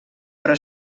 però